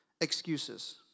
Excuses